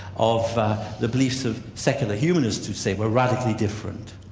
of the beliefs of secular humanists who say we're radically different.